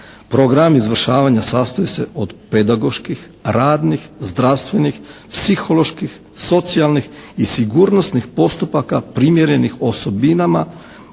Program izvršavanja sastoji se od pedagoških, radnih, zdravstvenih, psiholoških, socijalnih i sigurnosnih postupaka primjerenih osobinama